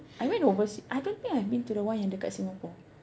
I went overse~ I don't think I've been to the one yang dekat Singapore